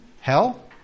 hell